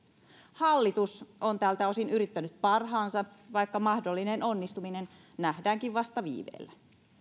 hallitus on tältä osin yrittänyt parhaansa vaikka mahdollinen onnistuminen nähdäänkin vasta viiveellä